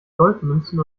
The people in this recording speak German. goldmünzen